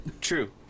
True